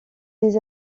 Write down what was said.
des